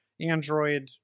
Android